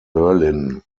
berlin